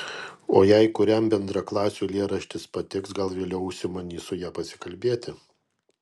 o jei kuriam bendraklasiui eilėraštis patiks gal vėliau užsimanys su ja pasikalbėti